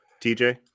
TJ